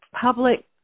public